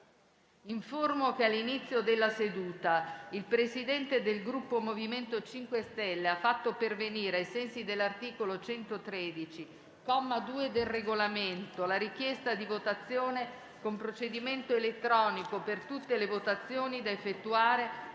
che all'inizio della seduta il Presidente del Gruppo MoVimento 5 Stelle ha fatto pervenire, ai sensi dell'articolo 113, comma 2, del Regolamento, la richiesta di votazione con procedimento elettronico per tutte le votazioni da effettuare